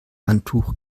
handtuch